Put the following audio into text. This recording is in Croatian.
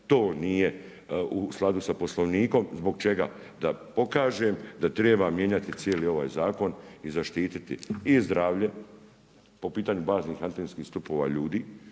To nije u skladu sa Poslovnikom. Zbog čega? Da pokažem da treba mijenjati cijeli ovaj zakon i zaštititi i zdravlje po pitanju baznih antenskih stupova ljudi.